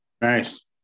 Nice